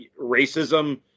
racism